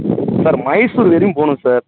sir Mysore வரையும் போகணும் sir